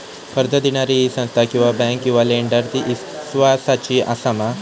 कर्ज दिणारी ही संस्था किवा बँक किवा लेंडर ती इस्वासाची आसा मा?